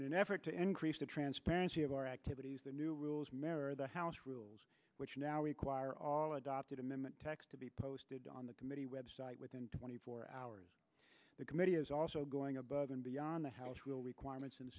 in an effort to increase the transparency of our activities the new rules mirror the house rules which now require all adopted amendment text to be posted on the committee website within twenty four hours the committee is also going above and beyond the house